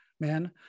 man